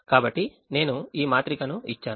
కాబట్టి నేను ఈ మాత్రికను ఇచ్చాను